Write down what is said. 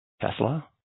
Tesla